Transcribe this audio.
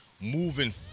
moving